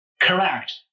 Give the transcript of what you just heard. correct